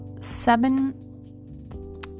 seven